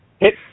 hit